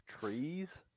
trees